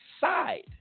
side